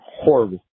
horrible